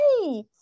hey